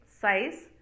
size